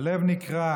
הלב נקרע